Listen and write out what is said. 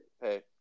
Hey